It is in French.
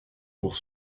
pour